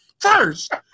First